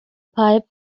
pipe